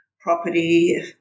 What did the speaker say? property